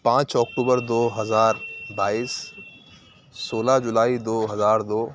پانچ اکٹوبر دو ہزار بائیس سولہ جولائی دو ہزار دو